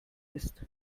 ist